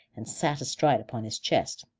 and sat astride upon his chest.